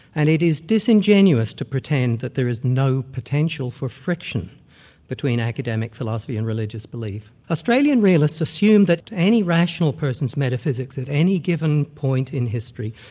and it is disingenuous to pretend that there is no potential for friction between academic philosophy and religious belief. australian realists assume that any rational person's metaphysics at any given point in history,